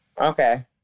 Okay